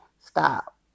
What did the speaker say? stop